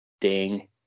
Ding